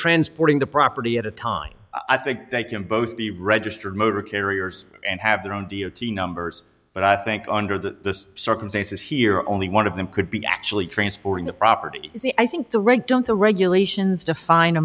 transporting the property at a time i think they can both be registered motor carriers and have their own deity numbers but i think under the circumstances here only one of them could be actually transporting the property i think the reg don't the regulations define a